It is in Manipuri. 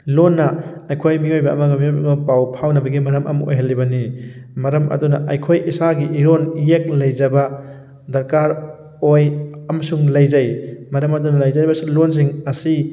ꯂꯣꯟꯅ ꯑꯩꯈꯣꯏ ꯃꯤꯑꯣꯏꯕ ꯑꯃꯒ ꯃꯤꯑꯣꯏꯕ ꯑꯃꯒ ꯄꯥꯎ ꯐꯥꯎꯅꯕꯒꯤ ꯃꯔꯝ ꯑꯃ ꯑꯣꯏꯍꯜꯂꯤꯕꯅꯤ ꯃꯔꯝ ꯑꯗꯨꯅ ꯑꯩꯈꯣꯏ ꯏꯁꯥꯒꯤ ꯏꯔꯣꯟ ꯏꯌꯦꯛ ꯂꯩꯖꯕ ꯗꯔꯀꯥꯔ ꯑꯣꯏ ꯑꯃꯁꯨꯡ ꯂꯩꯖꯩ ꯃꯔꯝ ꯑꯗꯨꯅ ꯂꯩꯖꯔꯤꯕ ꯁꯤ ꯂꯣꯟꯁꯤꯡ ꯑꯁꯤ